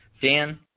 Dan